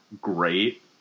great